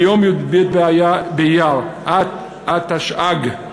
ביום י"ב באייר התשע"ג,